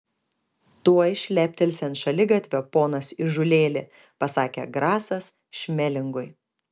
tuoj šleptelsi ant šaligatvio ponas įžūlėli pasakė grasas šmelingui